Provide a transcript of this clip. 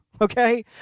okay